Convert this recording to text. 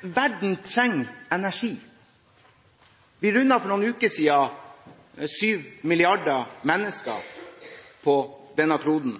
Verden trenger energi. Vi rundet for noen uker siden 7 milliarder mennesker på denne kloden.